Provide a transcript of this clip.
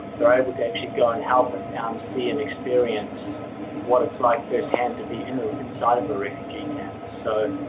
they're able to actually go and help see and experience what it's like first hand to be inside of a refugee camp. so,